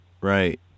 Right